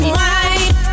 white